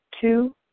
Two